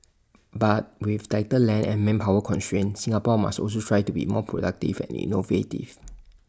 but with tighter land and manpower constraints Singapore must also strive to be more productive and innovative